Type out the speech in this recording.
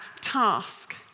task